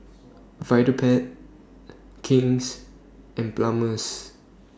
Vitapet King's and Palmer's